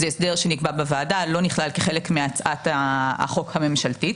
זה הסדר שנקבע בוועדה ולא נכלל כחלק מהצעת החוק הממשלתית.